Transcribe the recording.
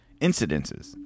incidences